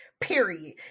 Period